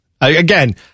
Again